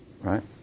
Right